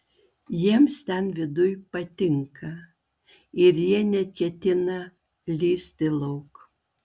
jiems ten viduj patinka ir jie neketina lįsti lauk